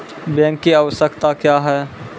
Bank की आवश्यकता क्या हैं?